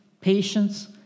patience